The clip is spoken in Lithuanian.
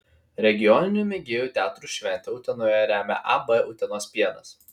regioninių mėgėjų teatrų šventę utenoje remia ab utenos pienas